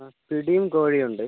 അ പിടിയും കോഴിയും ഉണ്ട്